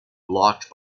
blocked